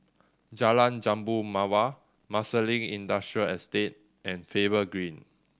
Jalan Jambu Mawar Marsiling Industrial Estate and Faber Green